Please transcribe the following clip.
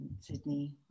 Sydney